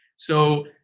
so,